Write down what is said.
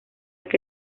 que